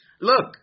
look